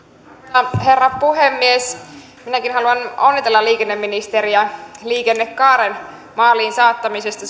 arvoisa herra puhemies minäkin haluan onnitella liikenneministeriä liikennekaaren maaliin saattamisesta